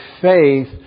faith